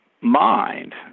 mind